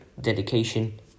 dedication